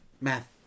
math